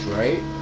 right